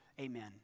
Amen